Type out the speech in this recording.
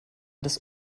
des